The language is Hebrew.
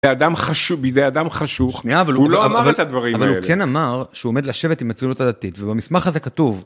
אדם חשוך, בידי אדם חשוך. שניה. אבל הוא לא אמר את הדברים האלה. אבל הוא כן אמר שהוא עומד לשבת עם הציונותת הדתית ובמסמך הזה כתוב...